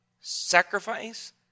sacrifice